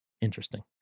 Interesting